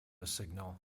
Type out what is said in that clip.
signal